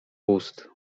ust